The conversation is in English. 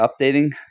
updating